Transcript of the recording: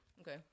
Okay